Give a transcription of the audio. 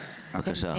בבקשה.